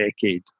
decade